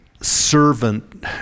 servant